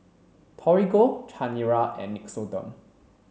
Torigo Chanira and Nixoderm